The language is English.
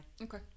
Okay